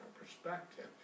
perspective